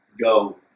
go